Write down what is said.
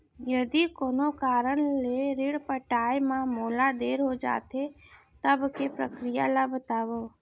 यदि कोनो कारन ले ऋण पटाय मा मोला देर हो जाथे, तब के प्रक्रिया ला बतावव